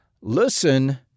listen